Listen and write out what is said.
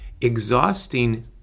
exhausting